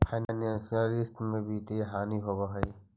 financial रिश्त में वित्तीय हानि होवऽ हई